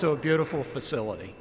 to a beautiful facility